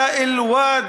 ולא